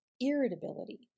irritability